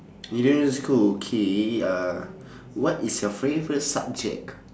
you don't go school K uh what is your favourite subject